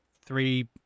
three